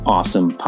awesome